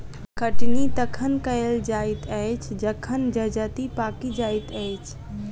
कटनी तखन कयल जाइत अछि जखन जजति पाकि जाइत अछि